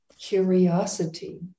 curiosity